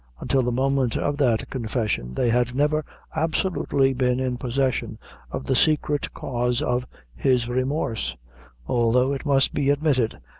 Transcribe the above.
until the moment of that confession, they had never absolutely been in possession of the secret cause of his remorse although, it must be admitted,